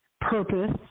purpose